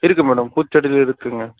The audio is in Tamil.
இருக்கும் மேடம் பூச்செடியில் இருக்குங்க